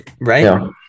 right